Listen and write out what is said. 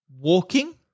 walking